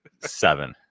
seven